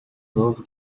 novo